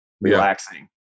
relaxing